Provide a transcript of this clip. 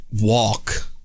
walk